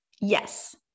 Yes